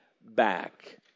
back